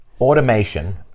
automation